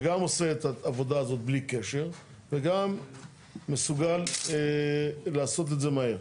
שגם עושה את העבודה הזאת בלי קשר וגם מסוגל לעשות את זה מהר.